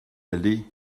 aller